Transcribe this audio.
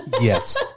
Yes